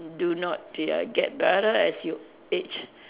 do not they are get better as you age